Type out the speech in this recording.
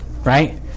right